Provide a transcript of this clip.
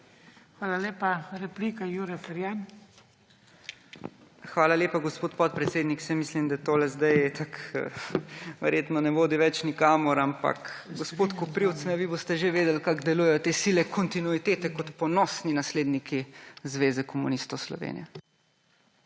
**JURE FERJAN (PS SDS):** Hvala lepa, gospod podpredsednik. Saj mislim, da to zdaj verjetno ne vodi več nikamor, ampak, gospod Koprivc, vi boste že vedeli, kako delujejo te sile kontinuitete kot ponosni nasledniki Zveze komunistov Slovenije.